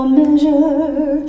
measure